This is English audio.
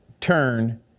turn